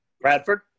Bradford